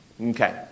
Okay